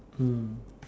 mm